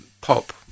pop